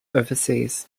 overseas